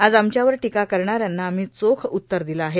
आज आमच्यावर टीका करणाऱ्यांना आम्ही चोख उत्तर दिलं आहे